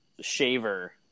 shaver